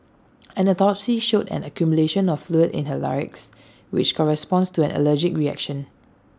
an autopsy showed an accumulation of fluid in her larynx which corresponds to an allergic reaction